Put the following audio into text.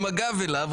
עם הגב אליו,